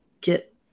get